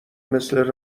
مثل